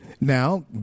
Now